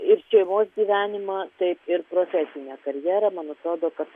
ir šeimos gyvenimą taip ir profesinę karjerą mano atrodo kad